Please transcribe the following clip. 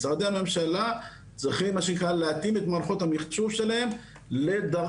משרדי הממשלה צריכים מה שנקרא להתאים את מערכות המיחשוב שלהן לדרכונים.